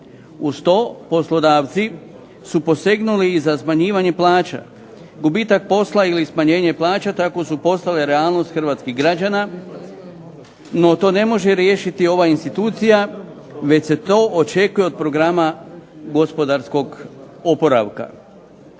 Uz to poslodavci su posegnuli za smanjivanjem plaća. Gubitak posla ili smanjenje plaća tako su postale realnost hrvatskih građana, no to ne može riješiti ova institucija već se to očekuje od programa gospodarskog oporavka.